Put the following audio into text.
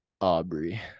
Aubrey